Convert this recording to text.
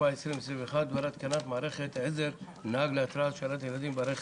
התשפ"א-2021 בדבר התקנת מערכת עזר לנהג להתרעה על השארת ילדים ברכב.